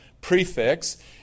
prefix